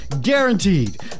guaranteed